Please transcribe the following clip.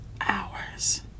hours